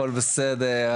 הכל בסדר,